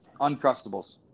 Uncrustables